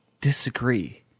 disagree